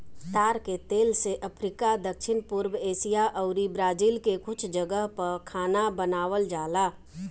ताड़ के तेल से अफ्रीका, दक्षिण पूर्व एशिया अउरी ब्राजील के कुछ जगह पअ खाना बनावल जाला